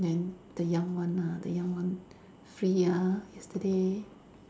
then the young one ah the young one free ah yesterday